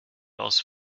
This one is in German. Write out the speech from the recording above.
aus